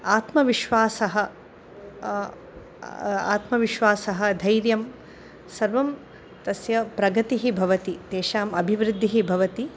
आत्मविश्वासः आत्मविश्वासः धैर्यं सर्वं तस्य प्रगतिः भवति तेषाम् अभिवृद्धिः भवति